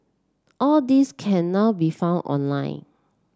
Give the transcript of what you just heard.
all these can now be found online